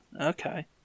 Okay